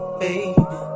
baby